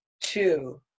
two